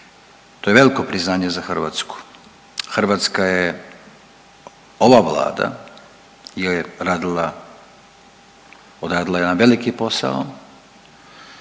to je veliko priznanje za Hrvatsku. Hrvatska je ova Vlada je radila, odradila je jedan veliki posao